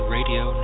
Radio